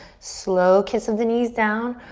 slow kiss of the knees down.